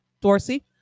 Dorsey